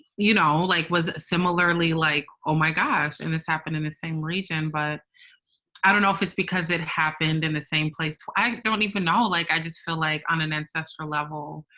you know, like was similarly like, oh, my gosh. and this happened in the same region. but i don't know if it's because it happened in the same place. i don't even know, like i just feel like i'm an ancestral level.